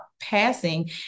passing